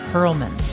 Perlman